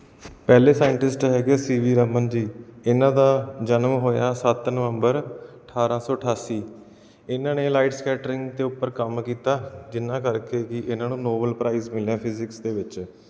ਪਹਿਲੇ ਸਾਇੰਟਿਸਟ ਹੈਗੇ C V Raman ji ਇਹਨਾਂ ਦਾ ਜਨਮ ਹੋਇਆ ਸੱਤ ਨਵੰਬਰ ਅਠਾਰਾਂ ਸੌ ਅਠਾਸੀ ਇਹਨਾਂ ਨੇ ਲਾਈਟਸ ਕੈਟਰਿੰਗ ਦੇ ਉੱਪਰ ਕੰਮ ਕੀਤਾ ਜਿਹਨਾਂ ਕਰਕੇ ਕਿ ਇਹਨਾਂ ਨੂੰ ਨੋਬਲ ਪ੍ਰਾਈਜ਼ ਮਿਲਿਆ ਫਿਜਿਕਸ ਦੇ ਵਿੱਚ